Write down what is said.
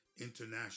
International